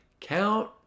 count